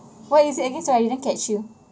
what is it again sorry I didn't catch you